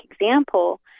example